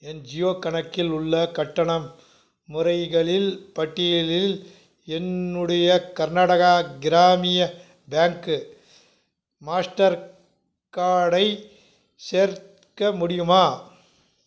என் ஜியோ கணக்கில் உள்ள கட்டணம் முறைகளில் பட்டியலில் என்னுடைய கர்நாடகா கிராமின் பேங்க் மாஸ்டர் கார்டை சேர்க்க முடியுமா